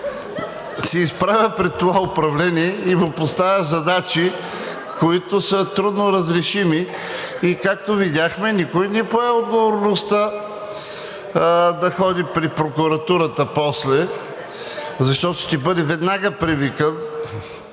се изправя пред това управление и му поставя задачи, които са трудно разрешими и както видяхме, никой не пое отговорността да ходи при прокуратурата после, защото ще бъде веднага привикан.